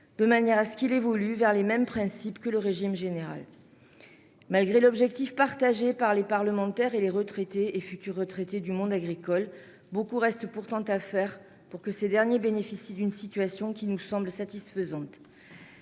de manière à ce qu'il évolue vers les mêmes principes que le régime général. Malgré l'objectif partagé par les parlementaires et les retraités, actuels et futurs, du monde agricole, beaucoup reste à faire pour que la situation nous semble satisfaisante.